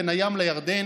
בין הים לירדן,